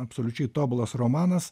absoliučiai tobulas romanas